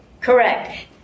Correct